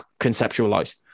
conceptualize